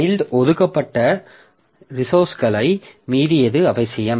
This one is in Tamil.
சைல்ட் ஒதுக்கப்பட்ட ரிசோர்ஸ்களை மீறியது அவசியம்